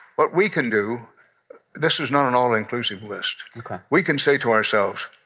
what we can do this is not an all-inclusive list we can say to ourselves,